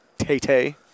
Tay-Tay